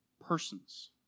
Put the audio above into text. persons